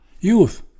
Youth